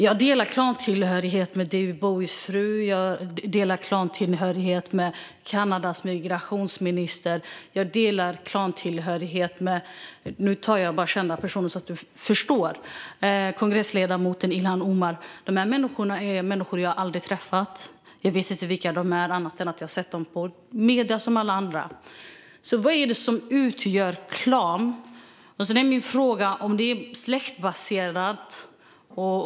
Jag delar klantillhörighet med David Bowies fru, med Kanadas migrationsminister - jag tar upp kända personer så att du ska förstå - och med kongressledamoten Ilhan Omar. Det här är människor jag aldrig träffat. Jag vet inte vilka de är annat än att jag sett dem i medierna som alla andra. Så vad är det som utgör en klan? Sedan är min fråga om det är släktbaserat.